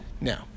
now